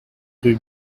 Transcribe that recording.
rue